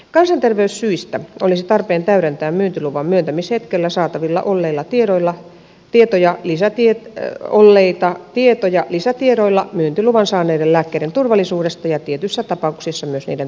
kansanterveyssyistä olisi tarpeen täydentää myyntiluvan myöntämishetkellä saatavilla olleita tietoja lisätiedoilla myyntiluvan saaneiden lääkkeiden turvallisuudesta ja tietyissä tapauksissa myös niiden tehosta